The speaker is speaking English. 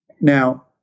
Now